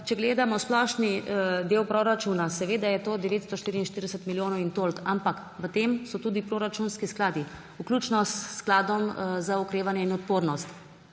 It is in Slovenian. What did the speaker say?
če gledamo splošni del proračuna, je seveda to 944 milijonov in toliko, ampak v tem so tudi proračunski skladi, vključno s Skladom za okrevanje in odpornost.